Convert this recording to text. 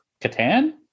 Catan